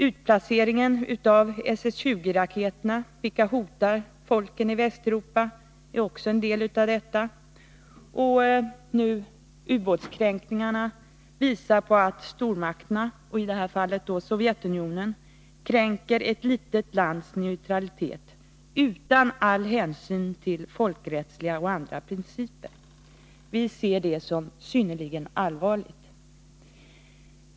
Utplaceringen av SS 20-raketer som hotar folken i Västeuropa är en del av detta, och ubåtskränkningarna visar på att stormakterna, i detta fall Sovjetunionen, kränker ett litet lands neutralitet utan all hänsyn till Kärnvapenfri zon folkrättsliga och andra principer. Vi ser detta som synnerligen allvarligt.